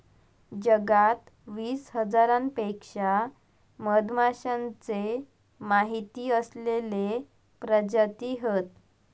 जगात वीस हजारांपेक्षा मधमाश्यांचे माहिती असलेले प्रजाती हत